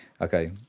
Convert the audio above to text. okay